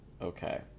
okay